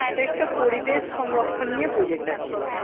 এটা একটা পরিবেশ সংরক্ষণ নিয়ে প্রোজেক্ট আছে